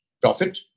profit